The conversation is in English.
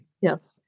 Yes